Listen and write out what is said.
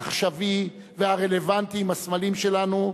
העכשווי והרלוונטי עם הסמלים שלנו,